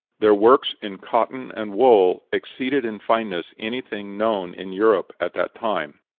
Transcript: their works in cotton and wool exceeded in fineness anything known in europe at that time.